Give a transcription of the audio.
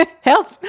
help